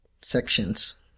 Sections